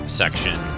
section